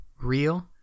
real